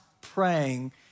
praying